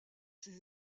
ses